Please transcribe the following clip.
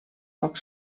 poc